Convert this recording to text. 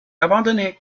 abandonnée